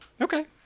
okay